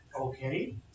Okay